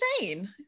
insane